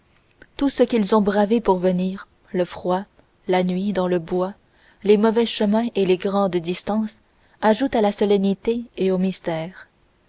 tout ce qu'ils ont bravé pour venir le froid la nuit dans le bois les mauvais chemins et les grandes distances ajoute à la solennité et au mystère